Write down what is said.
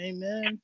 Amen